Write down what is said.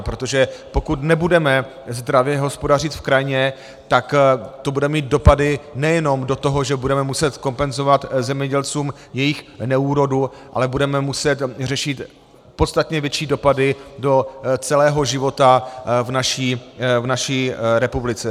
Protože pokud nebudeme zdravě hospodařit v krajině, tak to bude mít dopady nejenom do toho, že budeme muset kompenzovat zemědělcům jejich neúrodu, ale budeme muset řešit podstatně větší dopady do celého života v naší republice.